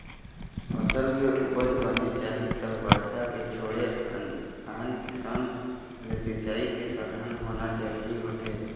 फसल के उपज बने चाही त बरसा के छोड़े आन किसम ले सिंचई के साधन होना जरूरी होथे